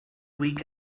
week